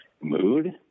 mood